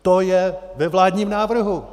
To je ve vládním návrhu!